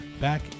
back